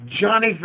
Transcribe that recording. Johnny